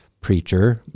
preacher